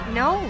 no